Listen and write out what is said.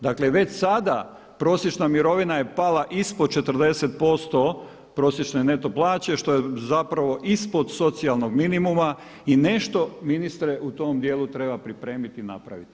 Dakle, već sada prosječna mirovina je pala ispod 40% prosječne neto plaće, što je zapravo ispod socijalnog minimuma i nešto ministre u tom dijelu treba pripremiti i napraviti.